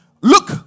look